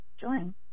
join